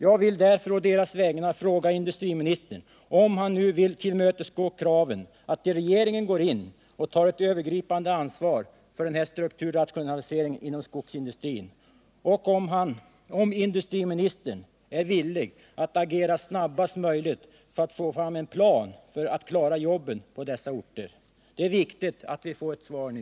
Jag vill därför å deras vägnar fråga industriministern, om han nu vill tillmötesgå kraven att regeringen går in och tar ett övergripande ansvar för strukturrationaliseringen inom skogsmaskinsindustrin och om industriministern är villig att agera snabbast möjligt för att få fram en plan för att klara jobben på dessa orter. Det är viktigt att vi får svar på detta nu.